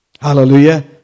Hallelujah